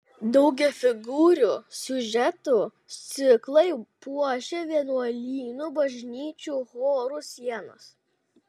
daugiafigūrių siužetų ciklai puošė vienuolynų bažnyčių chorų sienas